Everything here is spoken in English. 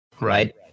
right